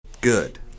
good